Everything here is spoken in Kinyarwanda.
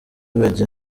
bajya